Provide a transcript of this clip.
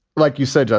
like you said, john,